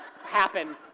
happen